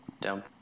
Down